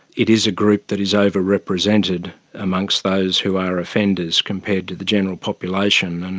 it is a group that is overrepresented amongst those who are offenders compared to the general population, and